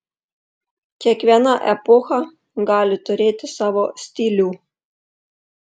kiekviena epocha gali turėti savo stilių